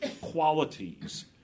qualities